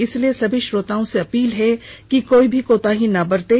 इसलिए सभी श्रोताओं से अपील है कि कोई भी कोताही ना बरतें